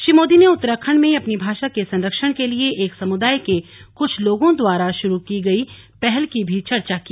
श्री मोदी ने उत्तराखण्ड में अपनी भाषा के संरक्षण के लिए एक समुदाय के कुछ लोगों द्वारा शुरू की गई पहल की चर्चा भी की